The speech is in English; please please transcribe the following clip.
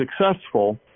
successful